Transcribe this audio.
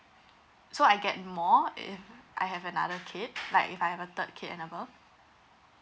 so I get more if I have another kid like if I have a third kid and above